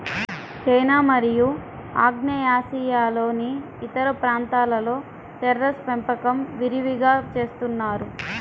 China మరియు ఆగ్నేయాసియాలోని ఇతర ప్రాంతాలలో టెర్రేస్ పెంపకం విరివిగా చేస్తున్నారు